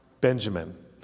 Benjamin